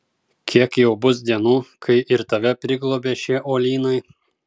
kiek jau bus dienų kai ir tave priglobė šie uolynai